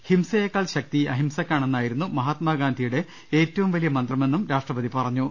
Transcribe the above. ഹിംസയേക്കാൾ ശക്തി അഹിംസക്കാണെന്നായിരുന്നു മഹാത്മാഗാന്ധി യുടെ ഏറ്റവും വലിയ മന്ത്രമെന്നും രാഷ്ട്രപതി പറഞ്ഞു